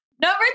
number